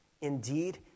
Indeed